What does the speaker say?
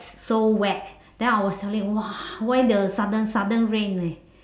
so wet then I was telling [wah] why the sudden sudden rain leh